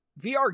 VR